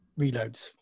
reloads